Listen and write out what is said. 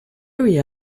area